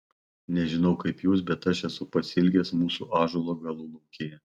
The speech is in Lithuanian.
nežinau kaip jūs bet aš esu pasiilgęs mūsų ąžuolo galulaukėje